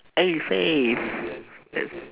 eh saif err